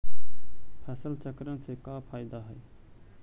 फसल चक्रण से का फ़ायदा हई?